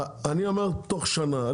אני אומר תוך שנה.